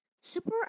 Super